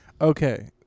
Okay